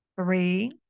three